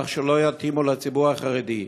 שלא יתאימו לציבור החרדי.